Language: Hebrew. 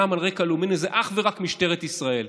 על רקע לאומני הם אך ורק משטרת ישראל,